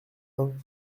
vingt